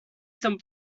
some